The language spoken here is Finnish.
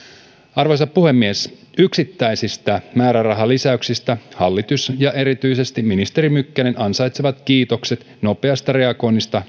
arvoisa puhemies yksittäisistä määrärahalisäyksistä hallitus ja erityisesti ministeri mykkänen ansaitsevat kiitokset nopeasta reagoinnista